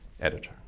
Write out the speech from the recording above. editor